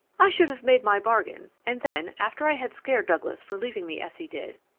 i should have made my bargain, and then, after i had scared douglas for leaving me as he did,